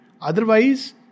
Otherwise